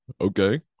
Okay